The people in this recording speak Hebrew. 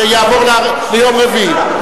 שיעבור ליום רביעי.